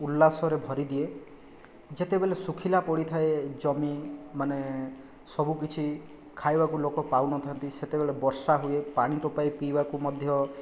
ଉଲ୍ଲାସରେ ଭରି ଦିଏ ଯେତେବେଳେ ଶୁଖିଲା ପଡ଼ିଥାଏ ଜମି ମାନେ ସବୁ କିଛି ଖାଇବାକୁ ଲୋକ ପାଉ ନଥା'ନ୍ତି ସେତେବେଳେ ବର୍ଷା ହୁଏ ପାଣି ଟୋପାଏ ପିଇବାକୁ ମଧ୍ୟ